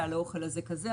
על אוכל מסוים כזה,